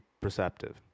perceptive